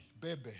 baby